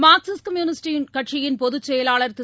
Marxist communist கட்சியின் பொதுச் செயலாளர் திரு